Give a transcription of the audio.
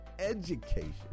education